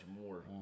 more